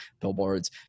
billboards